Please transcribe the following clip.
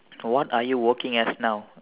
what are you working as now